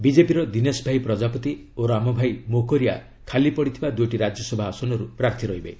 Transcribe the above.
ବିଜେପିର ଦୀନେଶଭାଇ ପ୍ରଜାପତି ଓ ରାମଭାଇ ମୋକରିଆ ଖାଲିପଡ଼ିଥିବା ଦୁଇଟି ରାଜ୍ୟସଭା ଆସନରୁ ପ୍ରାର୍ଥୀ ରହିବେ